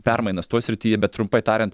permainas toj srityje bet trumpai tariant